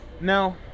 No